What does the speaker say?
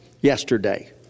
yesterday